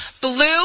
Blue